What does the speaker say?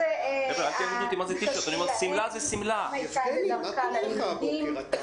לאם שהייתה בדרכה ללימודים.